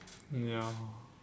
ya